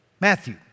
Matthew